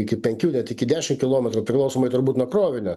iki penkių net iki dešim kilimetrų priklausomai turbūt nuo krovinio